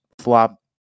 flop